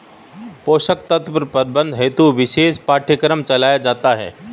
पोषक तत्व प्रबंधन हेतु ही विशेष पाठ्यक्रम चलाया जाता है